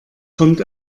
kommt